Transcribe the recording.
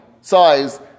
size